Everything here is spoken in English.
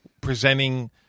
presenting